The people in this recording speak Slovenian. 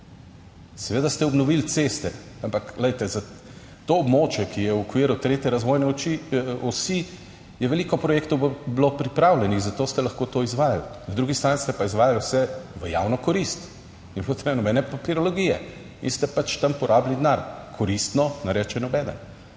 seveda ste obnovili ceste, ampak glejte, za to območje, ki je v okviru tretje razvojne oči, osi, je veliko projektov bilo pripravljenih, zato ste lahko to izvajali. Na drugi strani se pa izvaja vse v javno korist, ni bilo treba nobene papirologije in ste pač tam porabili denar. Koristno, ne reče nobeden,